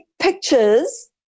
pictures